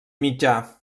mitjà